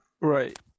Right